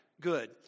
Good